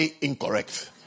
incorrect